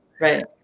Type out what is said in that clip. Right